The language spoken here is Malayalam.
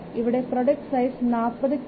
ഇവിടെ പ്രോഡക്ട് സൈസ് 40 കെ